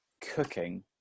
cooking